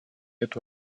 эту